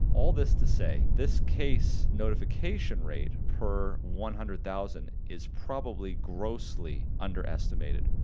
all this to say, this case notification rate per one hundred thousand is probably grossly underestimated,